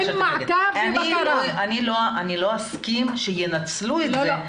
אני לא אסכים שינצלו את זה.